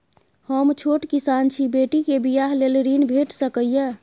हम छोट किसान छी, बेटी के बियाह लेल ऋण भेट सकै ये?